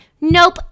Nope